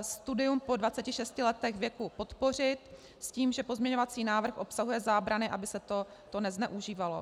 studium po 26 letech věku podpořit s tím, že pozměňovací návrh obsahuje zábrany, aby se to nezneužívalo.